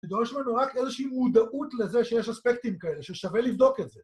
שדורש לנו רק איזושהי מודעות לזה שיש אספקטים כאלה, ששווה לבדוק את זה.